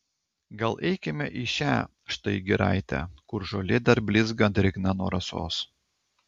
gal eikime į šią štai giraitę kur žolė dar blizga drėgna nuo rasos